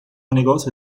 negócio